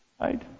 right